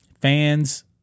fans